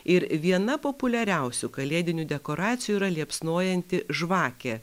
ir viena populiariausių kalėdinių dekoracijų yra liepsnojanti žvakė